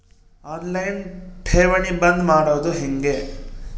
On line ಠೇವಣಿ ಬಂದ್ ಮಾಡೋದು ಹೆಂಗೆ?